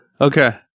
Okay